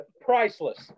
Priceless